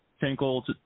Tinkle